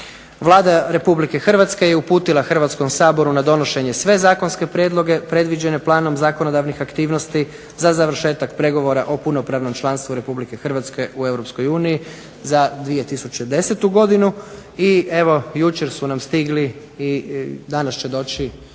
Vlada Republike Hrvatske je uputila Hrvatskom saboru na donošenje sve zakonske prijedloge predviđene planom zakonodavnih aktivnosti za završetak pregovora o punopravnom članstvu Republike Hrvatske u Europskoj uniji za 2010. godinu. I evo jučer su nam stigli i danas će doći